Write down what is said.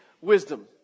Wisdom